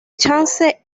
chance